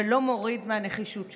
ולא מוריד מהנחישות שלנו.